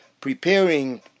preparing